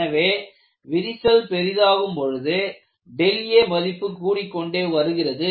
எனவே விரிசல் பெரிதாகும் பொழுது aமதிப்பு கூடிக் கொண்டே வருகிறது